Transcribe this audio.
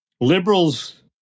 liberals